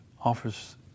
offers